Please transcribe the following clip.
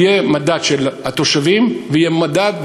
יהיה מדד של התושבים ויהיה מדד,